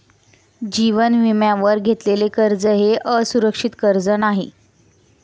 जीवन विम्यावर घेतलेले कर्ज हे असुरक्षित कर्ज नाही